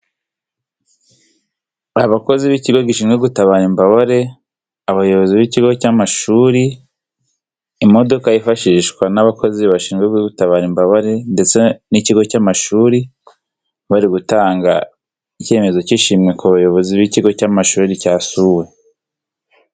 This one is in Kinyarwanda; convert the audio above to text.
Abakozi b'ikigo gishinzwe gutabara imbabare, abayobozi b'ikigo cy'amashuri, imodoka yifashishwa n'abakozi bashinzwe gutabara imbabare ndetse n'ikigo cy'amashuri, bari gutanga icyemezo cy'ishimwe ku bayobozi b'ikigo cy'amashuri cyasuwe.